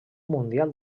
mundial